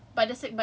but ya